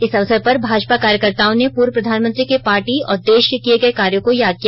इस अवसर पर भाजपा कार्यकर्ताओं ने पूर्व प्रधानमंत्री के पार्टी और देश के लिए किए गए कार्यो को याद किया